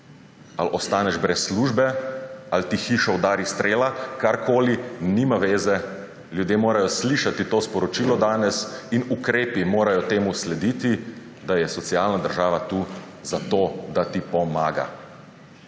Ali ostaneš brez službe, ali ti v hišo udari strela, karkoli, nima zveze, ljudje morajo slišati to sporočilo danes in ukrepi morajo slediti temu, da je socialna država tu zato, da ti pomaga,